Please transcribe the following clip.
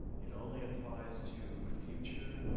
it only applies to future